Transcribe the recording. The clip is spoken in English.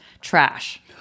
trash